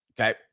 okay